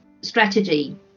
strategy